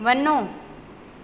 वञो